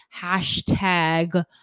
Hashtag